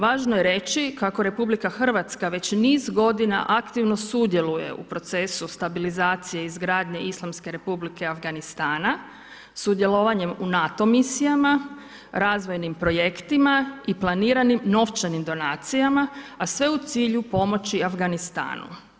Važno je reći kako je Republika Hrvatska već niz godina aktivno sudjeluje u procesu stabilizacije i izgradnje Islamske Republike Afganistana sudjelovanjem u NATO misijama, razvojnim projektima i planiranim novčanim donacijama, a sve u cilju pomoći Afganistanu.